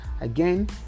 again